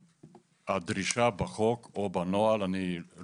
במסגרת האשפוז והתשובה היא שבחלק מהמקרים לא